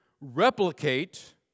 replicate